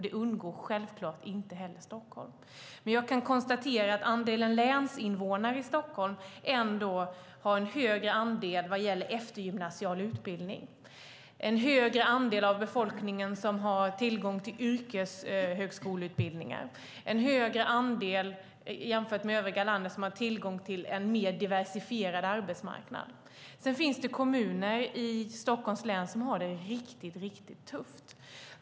Det undgår självklart inte heller Stockholm. Jag kan ändå konstatera att det bland länsinvånarna i Stockholm finns en högre andel med eftergymnasial utbildning, och det är en högre andel av befolkningen som har tillgång till yrkeshögskoleutbildningar och en högre andel jämfört med övriga landet som har tillgång till en mer diversifierad arbetsmarknad. Sedan finns det kommuner i Stockholms län som har det riktigt tufft.